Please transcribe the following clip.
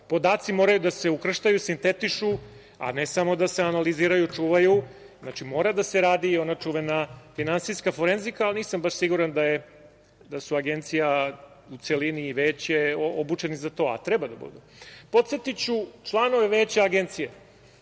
podaci moraju da se ukrštaju, sintetišu, a ne samo da se analiziraju, čuvaju. Znači mora da se radi i ona čuvena finansijska forenzika, ali nisam baš siguran da su Agencija u celini i Veće obučeni za to, a treba da budu. Podsetiću članove Veća Agencije